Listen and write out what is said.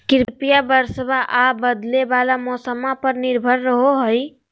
कृषिया बरसाबा आ बदले वाला मौसम्मा पर निर्भर रहो हई